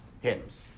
hymns